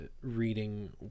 reading